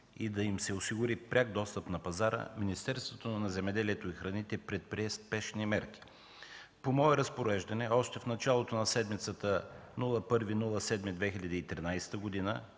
и да им се осигури пряк достъп на пазара, Министерството на земеделието и храните предприе спешни мерки. По мое разпореждане още в началото на седмицата – 1 юли 2013 г.,